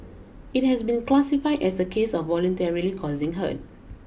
it has been classified as a case of voluntarily causing hurt